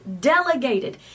delegated